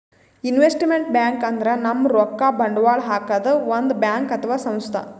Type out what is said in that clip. investment bank ಅಂದ್ರ ನಮ್ ರೊಕ್ಕಾ ಬಂಡವಾಳ್ ಹಾಕದ್ ಒಂದ್ ಬ್ಯಾಂಕ್ ಅಥವಾ ಸಂಸ್ಥಾ